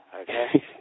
okay